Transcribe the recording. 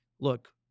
look